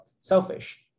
selfish